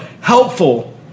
helpful